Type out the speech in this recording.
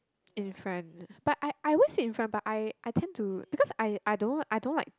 in front but I I always sit in front but I I tend to because I I don't I don't like